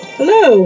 Hello